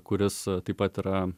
kuris taip pat yra